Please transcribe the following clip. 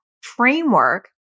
framework